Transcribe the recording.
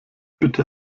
bitte